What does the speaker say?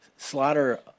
Slaughter